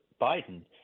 Biden